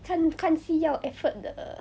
看看戏要 effort 的